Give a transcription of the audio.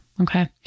Okay